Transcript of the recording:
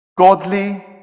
Godly